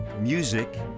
music